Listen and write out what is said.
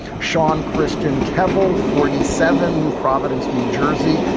sean christian cavel, forty seven, new providence, new jersey.